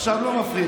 עכשיו לא מפריעים.